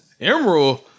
Emerald